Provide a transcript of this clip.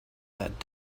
that